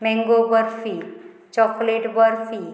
mango barfi chocolate barfi